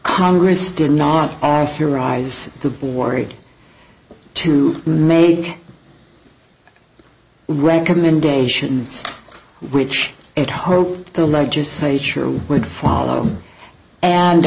congress did not authorize the boree to make recommendations which it hoped the legislature would follow and